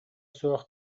суох